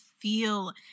Feel